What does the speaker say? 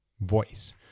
voice